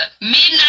midnight